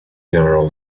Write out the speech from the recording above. general